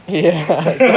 ya